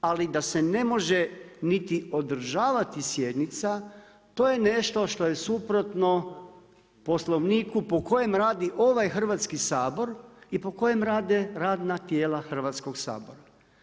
Ali da se ne može niti održavati sjednica to je nešto što je suprotno Poslovniku po kojem radi ovaj Hrvatski sabor i po kojem rade radna tijela Hrvatskog sabora.